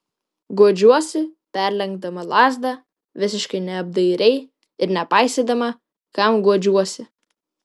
guodžiuosi perlenkdama lazdą visiškai neapdairiai ir nepaisydama kam guodžiuosi